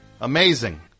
amazing